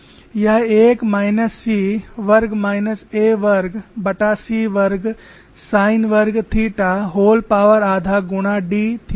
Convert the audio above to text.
यह 1 minus c वर्ग minus a वर्गc वर्ग साइन वर्ग theta व्होल पॉवर आधा गुणा d थीटा है